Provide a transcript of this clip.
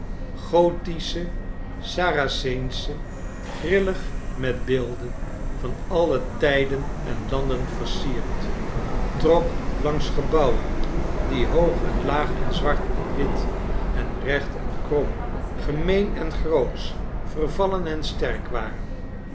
gothische saraceensche grillig met beelden van alle tijden en landen versierd trok langs gebouwen die hoog en laag en zwart en wit en recht en krom gemeen en grootsch vervallen en sterk waren